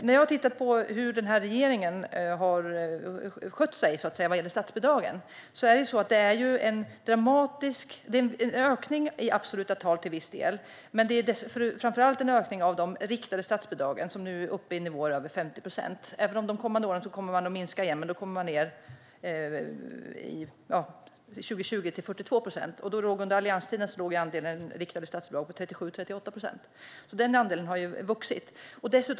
När jag har tittat på hur regeringen har skött sig vad gäller statsbidragen har det till viss del varit en ökning i absoluta tal, men det är framför allt en ökning av de riktade statsbidragen, som nu är uppe i nivåer över 50 procent. Under de kommande åren kommer de att minska till 42 procent till 2020. Under allianstiden låg andelen riktade statsbidrag på 37-38 procent. Den andelen har vuxit.